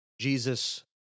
Jesus